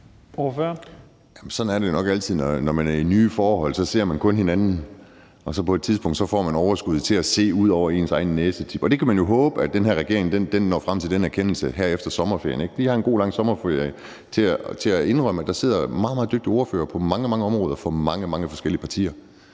Jamen sådan er det nok altid, når man er i nye forhold, altså at så ser man kun hinanden, og så på et tidspunkt får man overskud til at se ud over ens egen næsetip. Og der kan man jo håbe, at den her regering når frem til den erkendelse her efter sommerferien. De har en god, lang sommerferie til at indrømme, at der sidder meget, meget dygtige ordførere på mange, mange områder for mange, mange forskellige partier,